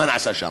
מה נעשה שם?